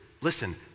listen